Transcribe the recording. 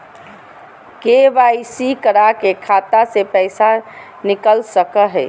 KYC करा के खाता से पैसा निकल सके हय?